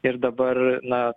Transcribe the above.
ir dabar na